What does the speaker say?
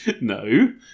No